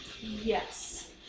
Yes